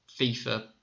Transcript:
FIFA